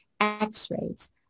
x-rays